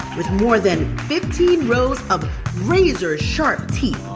with more than fifteen rows of razor-sharp teeth,